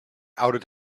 outed